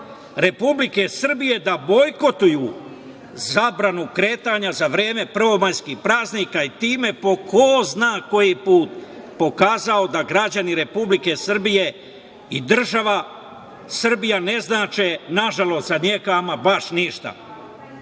Republike Srbije da bojkotuju zabranu kretanja za vreme prvomajskih praznika i time, po ko zna koji put, pokazao da građani Republike Srbije i država Srbija ne znače, nažalost za njega, ama baš ništa.